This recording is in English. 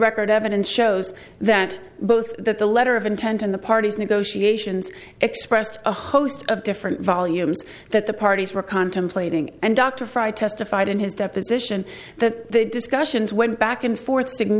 record evidence shows that both that the letter of intent and the parties negotiations expressed a host of different volumes that the parties were contemplating and dr fry testified in his deposition that discussions went back and forth s